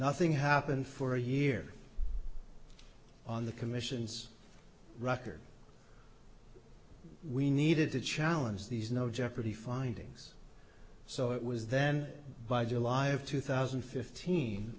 nothing happened for a year on the commission's record we needed to challenge these no jeopardy findings so it was then by july of two thousand and fifteen